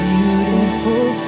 Beautiful